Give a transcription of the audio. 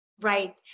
Right